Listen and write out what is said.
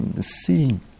seeing